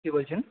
কে বলছেন